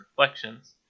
reflections